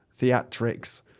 theatrics